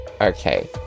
Okay